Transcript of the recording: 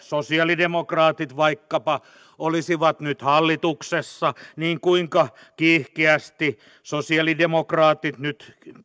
sosialidemokraatit vaikkapa olisivat nyt hallituksessa niin kuinka kiihkeästi sosialidemokraatit nyt